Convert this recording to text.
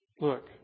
look